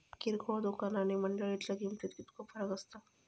किरकोळ दुकाना आणि मंडळीतल्या किमतीत कितको फरक असता?